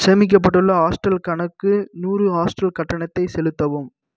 சேமிக்கப்பட்டுள்ள ஹாஸ்டல் கணக்கு நூறு ஹாஸ்டல் கட்டணத்தைச் செலுத்தவும்